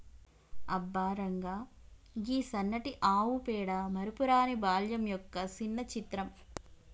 అబ్బ రంగా, గీ సన్నటి ఆవు పేడ మరపురాని బాల్యం యొక్క సిన్న చిత్రం